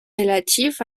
relatifs